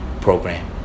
Program